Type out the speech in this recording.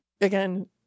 again